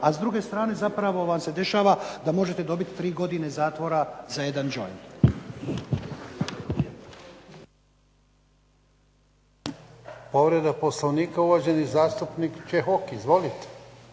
a s druge strane zapravo vam se dešava da možete dobiti 3 godine zatvora za jedan joint. **Jarnjak, Ivan (HDZ)** Povreda Poslovnika, uvaženi zastupnik Čehok. Izvolite.